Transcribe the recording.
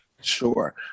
Sure